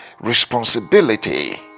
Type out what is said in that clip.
responsibility